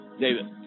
David